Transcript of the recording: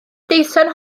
deisen